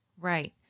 right